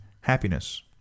happiness